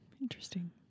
Interesting